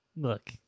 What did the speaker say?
look